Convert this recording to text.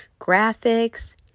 graphics